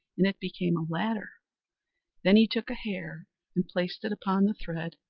and it became a ladder then he took a hare and placed it upon the thread,